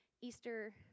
Easter